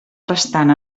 restant